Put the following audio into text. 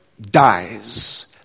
dies